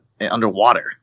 underwater